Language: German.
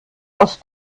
aus